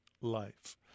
life